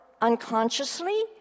unconsciously